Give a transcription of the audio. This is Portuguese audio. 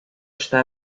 está